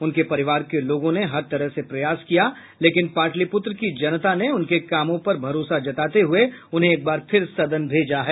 उनके परिवार के लोगों ने हर तरह से प्रयास किया लेकिन पाटलिपुत्र की जनता ने उनके कामों पर भरोसा जताते हुए उन्हें एक बार फिर सदन भेजा है